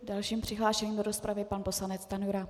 Dalším přihlášeným do rozpravy je pan poslanec Stanjura.